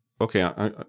Okay